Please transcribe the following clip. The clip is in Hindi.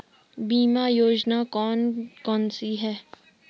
बीमा योजना कौन कौनसी हैं?